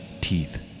teeth